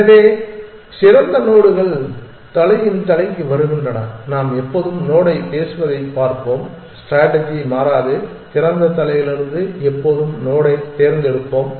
எனவே சிறந்த நோடுகள் தலையின் தலைக்கு வருகின்றன நாம் எப்போதும் நோடைப் பேசுவதைப் பார்ப்போம் ஸ்ட்ராட்டஜி மாறாது திறந்த தலையிலிருந்து எப்போதும் நோடைத் தேர்ந்தெடுப்போம்